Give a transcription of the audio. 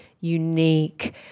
unique